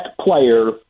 player